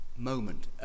moment